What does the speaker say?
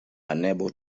unable